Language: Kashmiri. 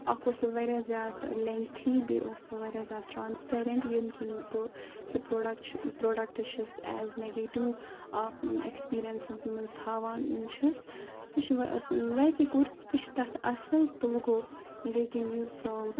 اَکھ اوس سُہ واریاہ زیادٕ لینٛگتھی بیٚیہِ اوس سُہ واریاہ زیادٕ ٹرانسپییرَنٛٹ ییٚمہِ کِنۍ بہٕ سُہ پروڈَکٹ پروڈَکٹ چھَس ایز نیگیٹِو ایٮ۪کٕسپیٖریَنسَس منٛز تھاوان چھس سُہ چھِ ویسے کُرتی تہِ چھِ تَتھ اَصٕل تہٕ وٕ گوٚو بیٚیہِ کِنۍ یُس